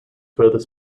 further